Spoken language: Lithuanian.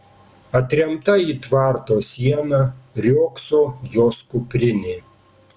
atremta į tvarto sieną riogso jos kuprinė